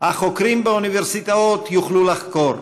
החוקרים באוניברסיטאות יוכלו לחקור,